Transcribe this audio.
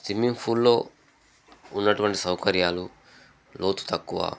swimming ఫూల్లో ఉన్నటువంటి సౌకర్యాలు లోతు తక్కువ